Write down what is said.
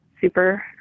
Super